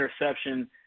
interception